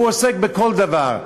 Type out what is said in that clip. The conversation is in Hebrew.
הוא עוסק בכל דבר.